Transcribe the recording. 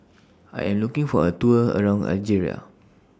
I Am looking For A Tour around Algeria